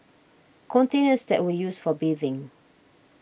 containers that were used for bathing